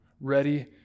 ready